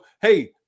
Hey